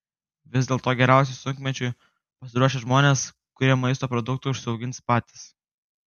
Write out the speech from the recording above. vis dėlto geriausiai sunkmečiui pasiruoš žmonės kurie maisto produktų užsiaugins patys